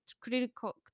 critical